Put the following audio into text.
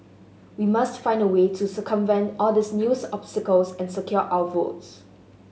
we must find a way to circumvent all these news obstacles and secure our votes